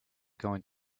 going